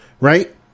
right